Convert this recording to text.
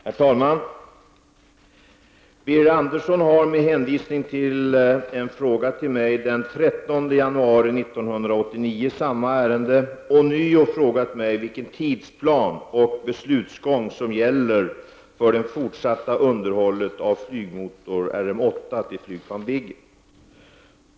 Herr talman! Birger Andersson har, med hänvisning till en fråga till mig den 13 januari 1989 i samma ärende, ånyo frågat mig vilken tidsplan och beslutsgång som gäller för det fortsatta underhållet av flygmotor RM 8 till flygplan Viggen.